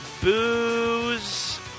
booze